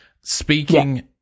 speaking